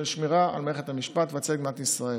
שמירה על מערכת המשפט והצדק במדינת ישראל.